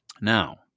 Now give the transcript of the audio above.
Now